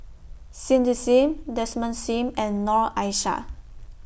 Cindy SIM Desmond SIM and Noor Aishah